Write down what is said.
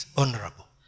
honorable